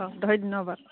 ধন্যবাদ